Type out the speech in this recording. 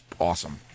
awesome